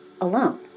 alone